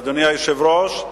אדוני היושב-ראש,